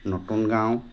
নতুন গাঁও